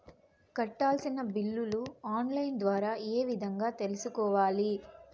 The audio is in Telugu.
కట్టాల్సిన బిల్లులు ఆన్ లైను ద్వారా ఏ విధంగా తెలుసుకోవాలి?